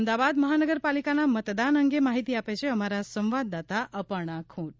અમદાવાદ મહાનગરપાલિકાના મતદાન અંગામાહિતી આપાછા અમારા સંવાદદાતા અર્પણા ખુંટ